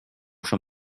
schon